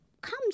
comes